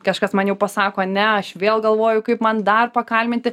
kažkas man jau pasako ne aš vėl galvoju kaip man dar pakalbinti